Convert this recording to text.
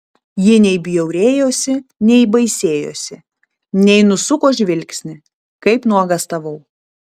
ji nei bjaurėjosi nei baisėjosi nei nusuko žvilgsnį kaip nuogąstavau